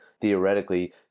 Theoretically